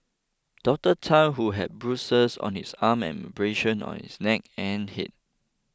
Doctor Tan who had bruises on his arm and abrasions on his neck and head